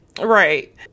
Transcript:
Right